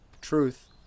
truth